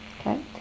Okay